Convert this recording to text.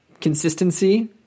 consistency